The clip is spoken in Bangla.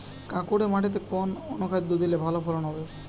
কাঁকুরে মাটিতে কোন অনুখাদ্য দিলে ভালো ফলন হবে?